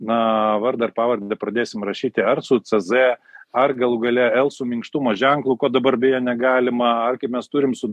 na vardą ar pavardę nepradėsim rašyti ar su c z ar galų gale el su minkštumo ženklu ko dabar beje negalima ar kaip mes turim su